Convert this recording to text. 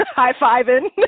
high-fiving